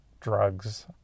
drugs